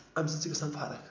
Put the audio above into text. امہِ سۭتۍ چھِ گژھان فرق